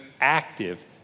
active